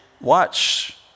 watch